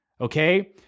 Okay